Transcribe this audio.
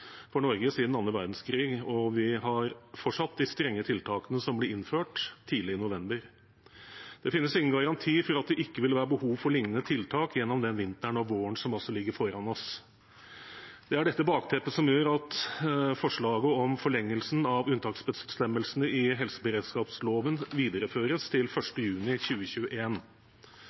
for Norge siden andre verdenskrig, og vi har fortsatt de strenge tiltakene som ble innført tidlig i november. Det finnes ingen garanti for at det ikke vil være behov for lignende tiltak også gjennom den vinteren og våren som ligger foran oss. Det er dette bakteppet som gjør at forslaget om forlengelse av unntaksbestemmelsene i helseberedskapsloven videreføres til 1. juni